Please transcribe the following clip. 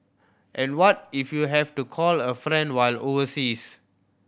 and what if you have to call a friend while overseas